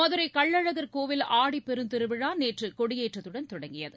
மதுரைகள்ளழகர் திருக்கோவில் ஆடி பெருந்திருவிழாநேற்றுகொடியேற்றத்துடன் தொடங்கியது